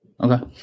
Okay